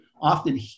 often